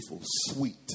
sweet